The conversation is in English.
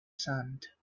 sand